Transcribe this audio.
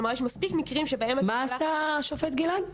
כלומר יש מספיק מקרים שבהם --- מה עשה השופט גלעד?